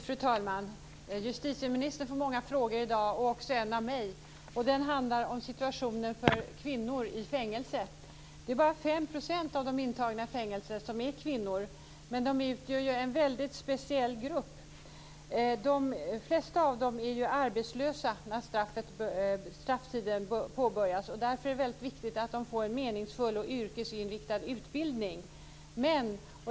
Fru talman! Justitieministern får många frågor i dag, och också en av mig. Den handlar om situationen för kvinnor i fängelse. Det är bara 5 % av de intagna i fängelse som är kvinnor, men de utgör en väldigt speciell grupp. De flesta är arbetslösa när fängelsetiden påbörjas, och därför är det väldigt viktigt att de får en meningsfull och yrkesinriktad utbildning.